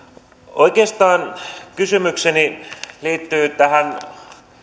oikeastaan kysymykseni liittyy tähän